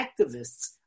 activists